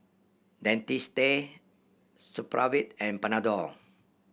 Dentiste Supravit and Panadol